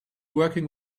working